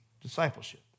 discipleship